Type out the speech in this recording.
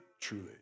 truly